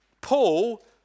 Paul